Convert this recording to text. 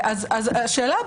השאלה היא,